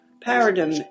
paradigm